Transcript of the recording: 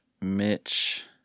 Mitch